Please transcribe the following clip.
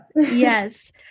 Yes